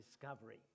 discovery